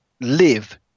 live